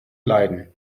leiden